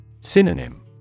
Synonym